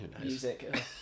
Music